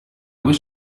was